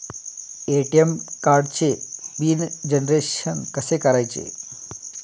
ATM कार्डचे PIN generation कसे करायचे?